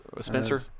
Spencer